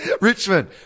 Richmond